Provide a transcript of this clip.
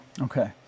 Okay